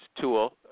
tool